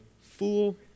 Fool